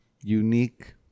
unique